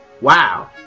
Wow